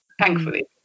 thankfully